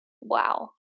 Wow